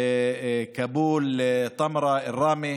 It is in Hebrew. כאבול, טמרה, ראמה.